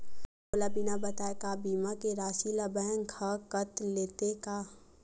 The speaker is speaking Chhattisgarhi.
मोला बिना बताय का बीमा के राशि ला बैंक हा कत लेते का?